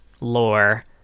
lore